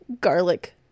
garlic